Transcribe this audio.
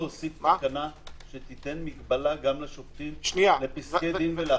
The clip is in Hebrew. אפשר להוסיף תקנה שתיתן מגבלה גם לשופטים לפסקי דין ולהחלטות?